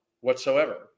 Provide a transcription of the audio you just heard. whatsoever